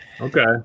Okay